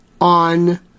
on